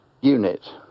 unit